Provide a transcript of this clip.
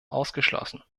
ausgeschlossen